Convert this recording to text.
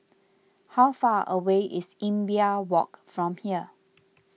how far away is Imbiah Walk from here